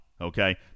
Okay